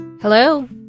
Hello